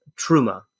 Truma